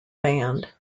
band